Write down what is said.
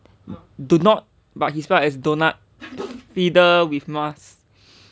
do not but he spell as donut fiddle with mask